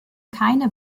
keine